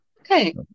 Okay